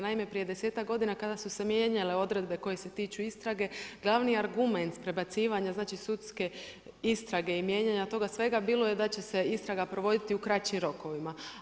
Naime, prije desetak godina kada su se mijenjale odredbe koje se tiču istrage glavni argument s prebacivanja sudske istrage i mijenjanja toga svega bilo je da će se istraga provoditi u kraćim rokovima.